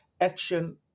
action